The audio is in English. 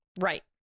right